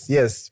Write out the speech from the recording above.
Yes